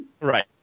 Right